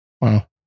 Wow